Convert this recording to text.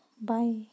Bye